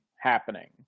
happening